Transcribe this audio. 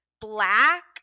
black